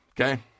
Okay